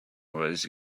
was